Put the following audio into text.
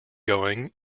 going